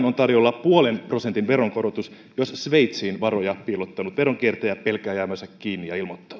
on tarjolla puolen prosentin veronkorotus jos sveitsiin varoja piilottanut veronkiertäjä pelkää jäävänsä kiinni ja ilmoittautuu